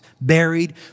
buried